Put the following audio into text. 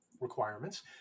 requirements